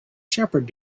shepherd